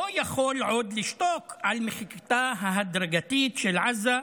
לא יכול עוד לשתוק על מחיקתה ההדרגתית של עזה,